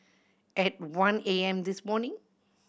at one A M this morning